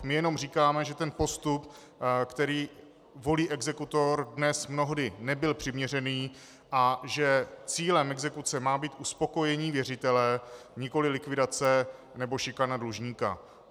My jenom říkáme, že postup, který volí exekutor, dnes mnohdy nebyl přiměřený a že cílem exekuce má být uspokojení věřitele, nikoliv likvidace nebo šikana dlužníka.